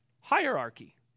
hierarchy